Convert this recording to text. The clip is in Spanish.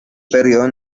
período